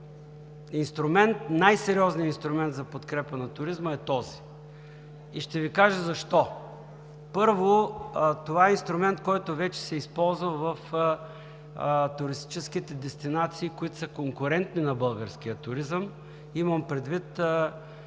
най-сериозният инструмент за подкрепа на туризма е този. И ще Ви кажа защо. Първо, това е инструмент, който вече се използва в туристическите дестинации, които са конкурентни на българския туризъм – имам предвид